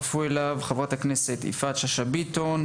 אפרת שאשא ביטון,